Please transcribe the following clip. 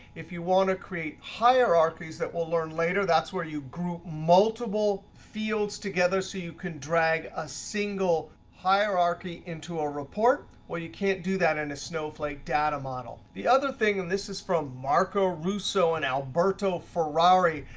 if you want to create hierarchies that we'll learn later that's where you grew multiple fields together so you can drag a single hierarchy into a report. well, you can't do that in a snowflake data model. the other thing and this is from marco russo and alberto ferrari,